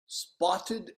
spotted